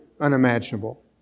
Unimaginable